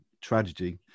tragedy